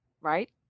right